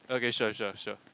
okay sure sure sure